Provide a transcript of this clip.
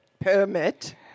Permit